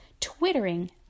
twittering